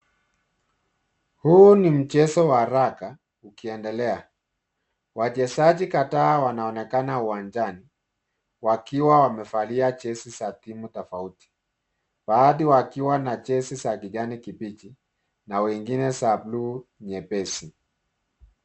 Huu ni mchezo wa raka ukiendelea. Wachezaji kadhaa wanaonekana uwanjani wakiwa wamevalia jezi za timu tofauti. Baadhi wakiwa na jezi za kijani kibichi na wengine za buluu nyepesi.